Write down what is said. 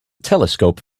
telescope